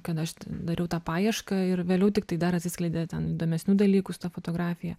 kad aš t dariau tą paiešką ir vėliau tiktai dar atsiskleidė ten įdomesnių dalykų su ta fotografija